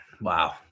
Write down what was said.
Wow